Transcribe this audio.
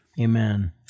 Amen